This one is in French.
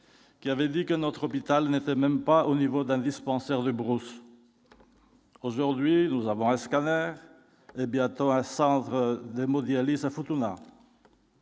qui avait dit que notre hôpital n'était même pas au niveau d'un dispensaire de brousse, aujourd'hui nous avons. Quand même, et bientôt un centre d'hémodialyse tournant.